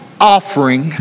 offering